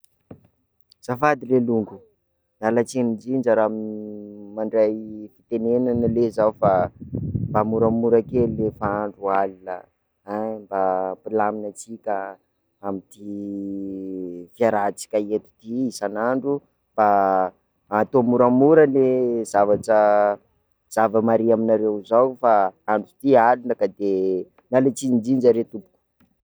Azafady ley longo, miala tsiny ndrindra raha m mandray fitenenana ley zaho fa, mba moramora kely ley fa andro alina, hein mba ampilamina antsika amty fiarahantsika eto ty isan'andro, mba ataovy moramora ley zavatra- zava-mare aminareo zao fa andro ty alina ka de miala tsiny ndrindra re tompoko.